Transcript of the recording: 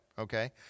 okay